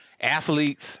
Athletes